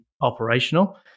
operational